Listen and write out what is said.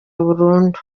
burundu